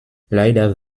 leider